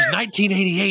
1988